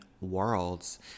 worlds